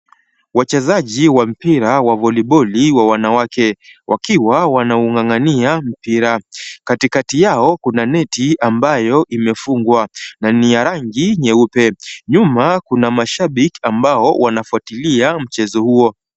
Wachezaji wa mpira wa volibali wa wanawake wakiwa wanaung'ang'ania mpira. Katikati yao kuna neti ambayo imefungwa na ni ya rangi nyeupe . Nyuma kuna mashabiki ambao wanafuatilia mchezo huo.